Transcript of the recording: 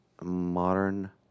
Modern